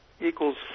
equals